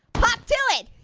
pop to it!